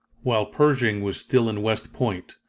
while pershing was still in west point,